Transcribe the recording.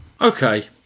Okay